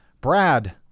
Brad